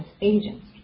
agents